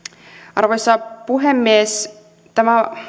arvoisa puhemies tämä